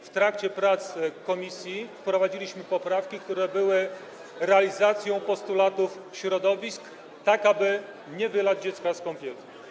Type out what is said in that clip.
W trakcie prac komisji wprowadziliśmy poprawki, które były realizacją postulatów środowisk, tak aby nie wylać dziecka z kąpielą.